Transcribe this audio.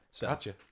Gotcha